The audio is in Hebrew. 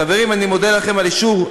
חברים, אני מודה לכם על האישור.